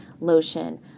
lotion